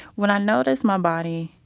when i notice my body,